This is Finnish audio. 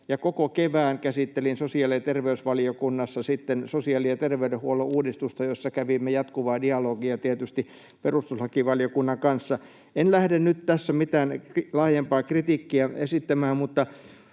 koko kevään käsittelin sosiaali- ja terveysvaliokunnassa sitten sosiaali- ja terveydenhuollon uudistusta, jossa kävimme jatkuvaa dialogia tietysti perustuslakivaliokunnan kanssa. En lähde nyt tässä mitään laajempaa kritiikkiä esittämään, mutta